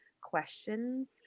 questions